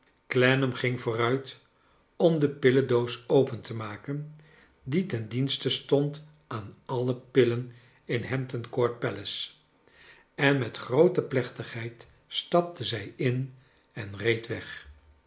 clennam ging vooruit om de pillendoos open te maken die ten dienste stond aan alle pillen in hampton court palace en met groote plechtigheid stapte zij in en reed weg